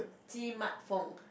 my phone